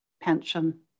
pension